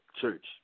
church